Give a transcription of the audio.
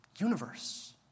universe